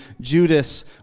Judas